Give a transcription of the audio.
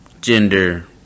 gender